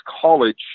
college